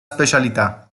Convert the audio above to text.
specialità